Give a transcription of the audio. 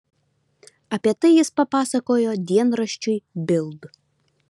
apie tai jis papasakojo dienraščiui bild